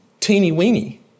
Teeny-weeny